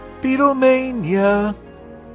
Beatlemania